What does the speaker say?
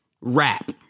rap